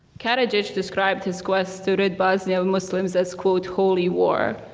karadzic described his quest to rid bosnia of muslims as quote holy war.